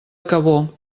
cabó